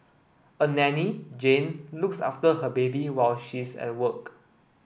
a Danny Jane looks after her baby while she is at work